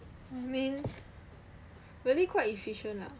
I mean really quite efficient lah